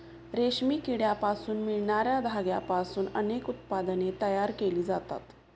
रेशमी किड्यांपासून मिळणार्या धाग्यांपासून अनेक उत्पादने तयार केली जातात